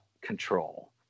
control